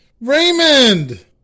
Raymond